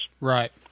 Right